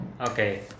Okay